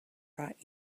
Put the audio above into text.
brought